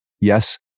yes